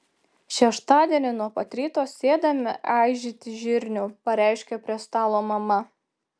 šeštadienį nuo pat ryto sėdame aižyti žirnių pareiškė prie stalo mama